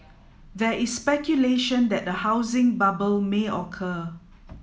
there is speculation that a housing bubble may occur